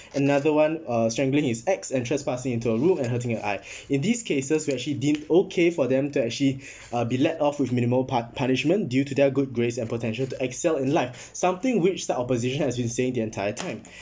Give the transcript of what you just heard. another one uh strangling his ex and trespassing into a room and hurting her eye in these cases where actually deemed okay for them to actually uh be let off with minimal pu~ punishment due to their good grades and potential to excel in life something which side opposition has been saying the entire time